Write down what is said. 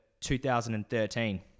2013